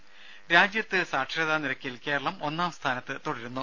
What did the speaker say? രുര രാജ്യത്ത് സാക്ഷരതാ നിരക്കിൽ കേരളം ഒന്നാം സ്ഥാനത്ത് തുടരുന്നു